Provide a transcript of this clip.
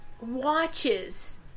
watches